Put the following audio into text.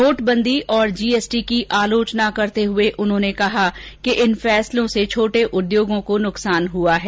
नोटबंदी और जीएसटी की आलोचना करते हुए उन्होंने कहा कि इन फैसलों से छोटे उद्योगों को न्कसान हआ है